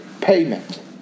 payment